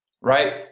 right